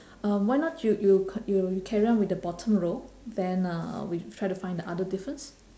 um why not you you you carry on with the bottom row then uh we try to find the other difference